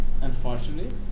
unfortunately